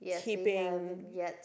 keeping